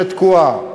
שתקועה.